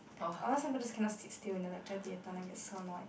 or else some people just cannot sit still in the lecture theater and I get so annoyed